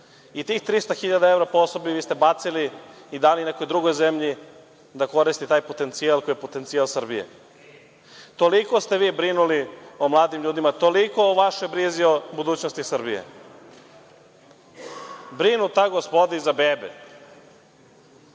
Tih 300.000 evra po osobi vi ste bacili i dali nekoj drugoj zemlji da koristi taj potencijal koji je potencijal Srbije. Toliko ste vi brinuli o mladim ljudima. Toliko o vašoj brizi o budućnosti Srbije. Brinu ta gospoda i za bebe.